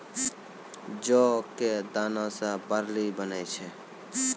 जौ कॅ दाना सॅ बार्ली बनै छै